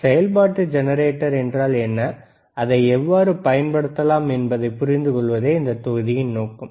செயல்பாட்டு ஜெனரேட்டர் என்றால் என்ன அதை எவ்வாறு பயன்படுத்தலாம் என்பதைப் புரிந்துகொள்வதே இந்த தொகுதியின் நோக்கம்